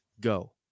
go